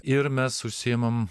ir mes užsiimam